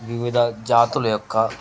వివిధ జాతులు యొక్క